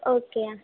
okay